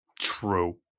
True